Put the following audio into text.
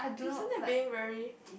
isn't that being very